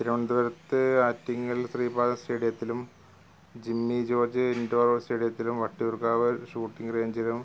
തിരുവനന്തപുരത്ത് ആറ്റിങ്ങൽ ശ്രീപാദം സ്റ്റേഡിയത്തിലും ജിമ്മി ജോർജ്ജ് ഇൻഡോർ സ്റ്റേഡിയത്തിലും വട്ടിയൂർക്കാവ് ഷൂട്ടിങ്ങ് റേഞ്ചിലും